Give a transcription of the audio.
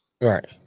Right